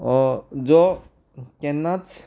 जो केन्नाच